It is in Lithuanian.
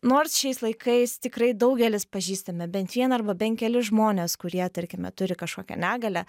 nors šiais laikais tikrai daugelis pažįstame bent vieną arba bent kelis žmones kurie tarkime turi kažkokią negalią